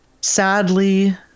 sadly